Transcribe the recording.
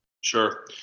Sure